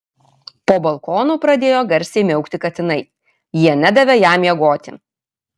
po balkonu pradėjo garsiai miaukti katinai jie nedavė jam miegoti